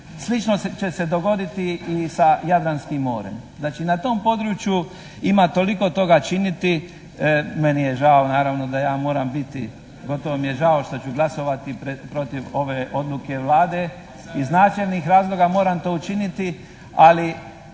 Slično će se dogoditi i sa Jadranskim morem. Znači na tom području ima toliko toga činiti, meni je žao naravno da ja moram biti, gotovo mi je žao što ću glasovati protiv ove odluke Vlade, iz značajnih razloga moram to učiniti, ali